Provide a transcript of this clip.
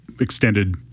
Extended